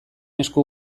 esku